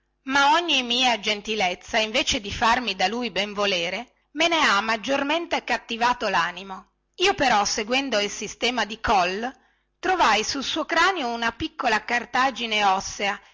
ma ogni mia gentilezza invece di farmi da lui benvolere me ne ha maggiormente cattivato lanimo io però seguendo il sistema di galles trovai nel suo cranio una piccola cartagine ossea